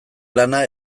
lana